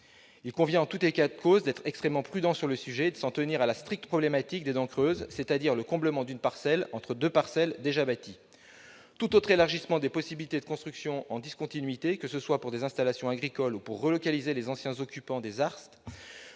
Il convient, en tout état de cause, d'être extrêmement prudent sur le sujet et de s'en tenir à la stricte problématique des dents creuses, c'est-à-dire du comblement d'une parcelle entre deux parcelles déjà bâties. Tout autre élargissement des possibilités de construction en discontinuité, que ce soit pour des installations agricoles ou pour relocaliser les anciens occupants des ZART,